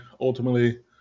Ultimately